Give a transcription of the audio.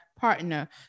partner